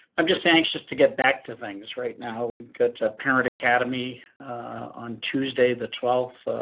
i'm just saying just to get back to things right now, we've got a parent academy on tuesday the twelfth,